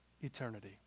eternity